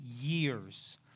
years